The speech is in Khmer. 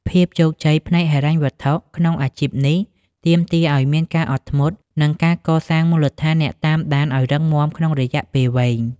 ភាពជោគជ័យផ្នែកហិរញ្ញវត្ថុក្នុងអាជីពនេះ ទាមទារឱ្យមានការអត់ធ្មត់ និងការកសាងមូលដ្ឋានអ្នកតាមដានឱ្យរឹងមាំក្នុងរយៈពេលវែង។